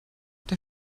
der